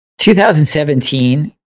2017